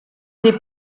des